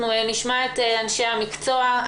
אנחנו נשמע את אנשי המקצוע.